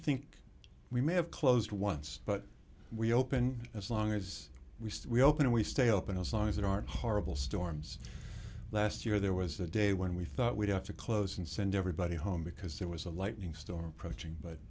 think we may have closed once but we open as long as we say we open we stay open as long as there aren't horrible storms last year there was a day when we thought we'd have to close and send everybody home because there was a lightning storm approaching but